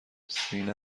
سینه